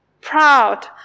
proud